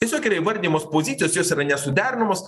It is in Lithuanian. tiesiog yra įvardijamos pozicijos jos yra nesuderinamos